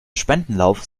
spendenlauf